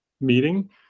meeting